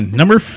number